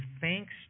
thanks